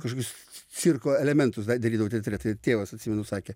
kažkokius cirko elementus darydavau teatre tai tėvas atsimenu sakė